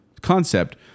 concept